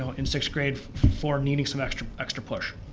so in sixth grade for needing some extra extra push.